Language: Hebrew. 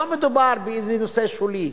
לא מדובר באיזה נושא שולי.